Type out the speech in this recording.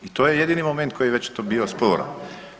I to je jedini moment koji je već tu bio sporan.